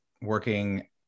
working